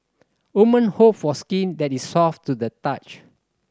women hope for skin that is soft to the touch